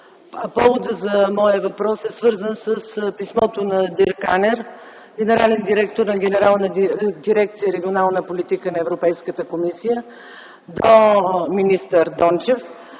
Поводът за моя въпрос е свързан с писмото на Дирк Анер – генерален директор на Генерална дирекция „Регионална политика” на Европейската комисия, до министър Дончев,